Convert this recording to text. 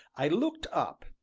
i looked up,